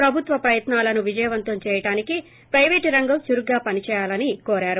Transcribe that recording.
ప్రభుత్వ ప్రయత్నా లను విజయవంతం చేయడానికి పైవేటు రంగం చురుగ్గా పని చేయాలని తెలిపారు